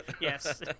Yes